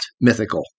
mythical